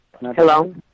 Hello